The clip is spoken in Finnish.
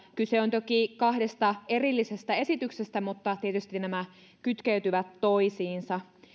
kyse on toki kahdesta erillisestä esityksestä mutta tietysti nämä kytkeytyvät toisiinsa